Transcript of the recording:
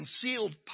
concealed